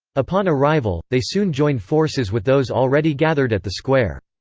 upon arrival, they soon joined forces with those already gathered at the square.